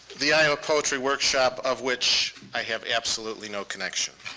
the iowa poetry workshop of which i have absolutely no connection